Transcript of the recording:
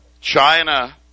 China